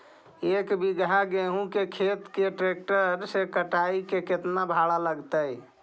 एक बिघा गेहूं के खेत के ट्रैक्टर से कटाई के केतना भाड़ा लगतै?